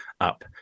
up